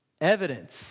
Evidence